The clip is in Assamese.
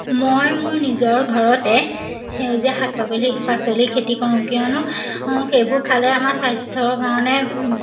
মই মোৰ নিজৰ ঘৰতে সেউজীয়া শাক পাকলি পাচলি খেতি কৰোঁ কিয়নো সেইবোৰ খালে আমাৰ স্বাস্থ্যৰ কাৰণে